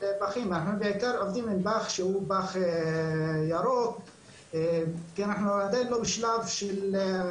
אנחנו בעיקר עובדים עם פח שהוא פח ירוק כי אנחנו עדיין לא בשלב של,